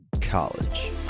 college